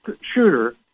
shooter